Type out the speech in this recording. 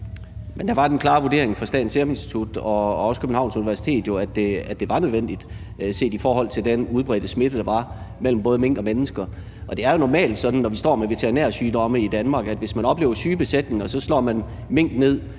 Men der var den klare vurdering fra Statens Serum Institut og også fra Københavns Universitet jo, at det var nødvendigt set i forhold til den udbredte smitte, der var mellem mink og mennesker. Og det er jo normalt sådan, når vi står med veterinærsygdomme i Danmark, at hvis man oplever syge minkbesætninger, slår man minkene